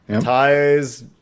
ties